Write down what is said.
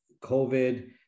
COVID